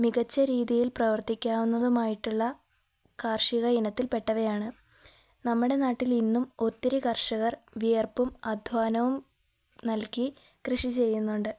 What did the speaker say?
മികച്ച രീതിയിൽ പ്രവർത്തിക്കാവുന്നതുമായിട്ടുള്ള കാർഷിക ഇനത്തിൽ പെട്ടവയാണ് നമ്മുടെ നാട്ടിൽ ഇന്നും ഒത്തിരി കർഷകർ വിയർപ്പും അദ്ധ്വാനവും നൽകി കൃഷി ചെയ്യുന്നുണ്ട്